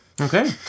Okay